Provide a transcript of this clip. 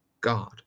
God